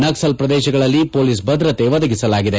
ನಕ್ಷಲ್ ಪ್ರದೇಶಗಳಲ್ಲಿ ಪೊಲೀಸ್ ಭದ್ರತೆ ಒದಗಿಸಲಾಗಿದೆ